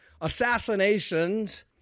assassinations